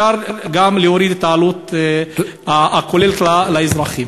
לכן כל העלות שיכולה להיות בחיבור מים ליחידה חדשה זה ההתקנה של המונה.